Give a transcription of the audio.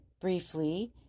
briefly